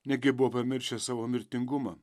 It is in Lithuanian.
negi buvo pamiršę savo mirtingumą